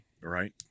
Right